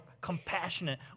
compassionate